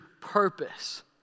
purpose